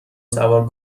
سوار